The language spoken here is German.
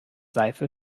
seife